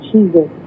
Jesus